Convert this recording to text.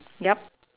yup